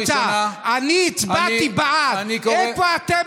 אני קורא אותך לסדר פעם ראשונה.